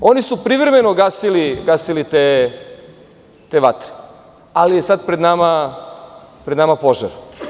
Oni su privremeno gasili te vatre, ali je sada pred nama požar.